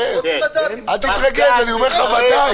אני אומר לפרוטוקול